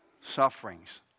Sufferings